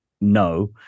no